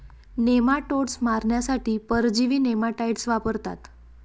nematodes मारण्यासाठी परजीवी nematicides वापरतात